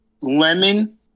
lemon